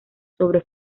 sobre